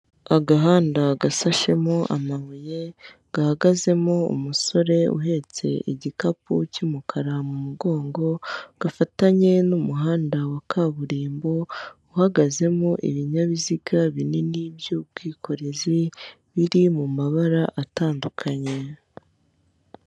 Agahanda gasashemo amabuye gahagazemo umusore uhetse igikapu cy'umukara mu mugongo gafatanye n'umuhanda wa kaburimbo uhagazemo ibinyabiziga binini by'ubwikorezi biri mu mabara atandukanye.